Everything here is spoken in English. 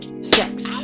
sex